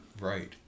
Right